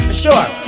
Sure